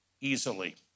easily